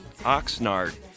Oxnard